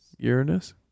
Uranus